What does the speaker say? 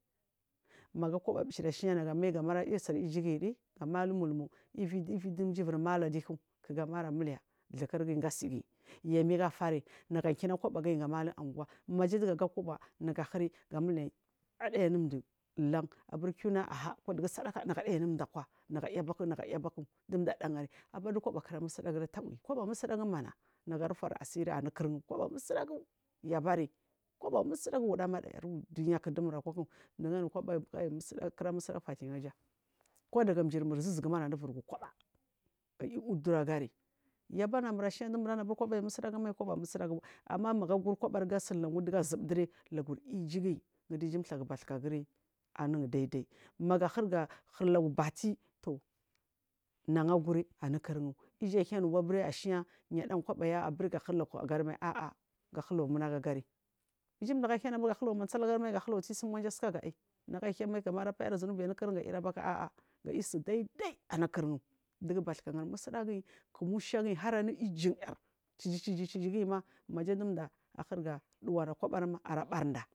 Magu aga kobo bishara aslma naga mai ra yusuri ijuguyidi amai lumulmu widu mji wiri mailaduku kugu mal lamiliyakurguyi gase yamigu fari ga kina koba gunyi gamai alu anguwa nagu huri adayi anu mdu lan aburi kiuwuna aha ko dugu sadaka nagu anayi akwa nagu ayuba nagu ayuba ku ndu mdu adaguri abardu koba kura musdagura tawi koba musdagu mana nagu arufari asiri anukurun musagu yabari koba musagu wudamada yar udunya ku dumur akwaku nidugaru koba ayu musagu mai faliyaja koda ga mjirmur susufuma nada ivuri gu koba ga yudur agari yaban ivamur ashna dumur anabari koba aiy musagu mal amanagu auri kobari gasun lagun dugu azubu duri la ijugu bakuka guri anun daidai magu akhurga hur lagu bate toh nagu jan aguri anu kurun iju aiyi huda nuba aburi ashna kobaya gahuri ah lagu munagu agari iju thagu aiyi hudanu ga hulagu munsai agarimai gahu lagu tsisum ivanja asukagu aiyi nagu huda mai gapayari zunubi anukurun ah ah gayisu daidai anu kurungu dugu bathuka gari musdagu ku mushaguyi harunu ijinyar chiji chiji guyi ma maja dumdum akhinaga duwana kobari arabarunda.